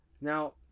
Now